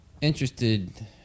interested